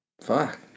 fuck